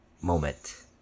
Moment